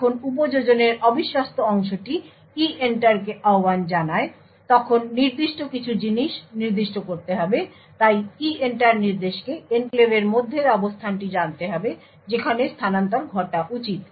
যখন উপযোজনের অবিশ্বস্ত অংশটি EENTER কে আহ্বান জানায় তখন নির্দিষ্ট কিছু জিনিস নির্দিষ্ট করতে হবে তাই EENTER নির্দেশকে এনক্লেভের মধ্যের অবস্থানটি জানতে হবে যেখানে স্থানান্তর ঘটা উচিত